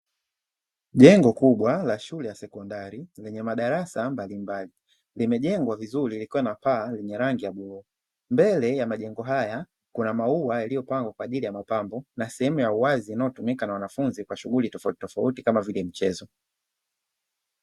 Jengo kubwa la shule ya sekondari lenye madarasa mbalimbali, limejengwa vizuri likiwa na paa lenye rangi ya bluu. Mbele ya majengo haya kuna maua yaliyopangwa kwa ajili ya mapambo na sehemu ya uwazi inayotumika na wanafunzi kwa shughuli tofautitofauti kama vile mchezo.